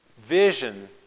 vision